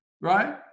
Right